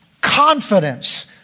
confidence